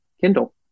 Kindle